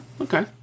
Okay